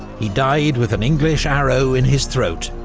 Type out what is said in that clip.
he died with an english arrow in his throat,